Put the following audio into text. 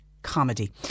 Comedy